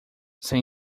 sem